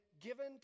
given